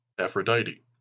Aphrodite